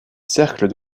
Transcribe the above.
cercles